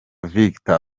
victor